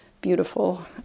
beautiful